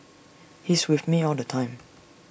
he's with me all the time